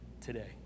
today